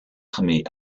armée